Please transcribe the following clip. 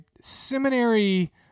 seminary